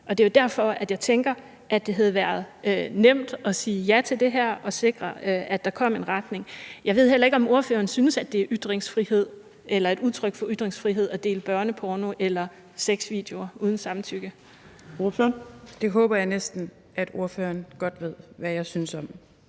Og det er jo derfor, jeg tænker, at det havde været nemt at sige ja til det her og sikre, at der kom en retning på det. Jeg ved heller ikke, om ordføreren synes, at det er et udtryk for ytringsfrihed at dele børneporno eller sexvideoer uden samtykke. Kl. 15:20 Fjerde næstformand (Trine Torp): Ordføreren. Kl.